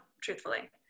truthfully